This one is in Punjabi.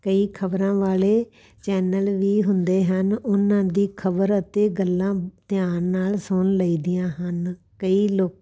ਕਈ ਖ਼ਬਰਾਂ ਵਾਲੇ ਚੈਨਲ ਵੀ ਹੁੰਦੇ ਹਨ ਉਹਨਾਂ ਦੀ ਖ਼ਬਰ ਅਤੇ ਗੱਲਾਂ ਧਿਆਨ ਨਾਲ ਸੁਣ ਲਈ ਦੀਆਂ ਹਨ ਕਈ ਲੋ